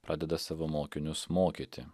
pradeda savo mokinius mokyti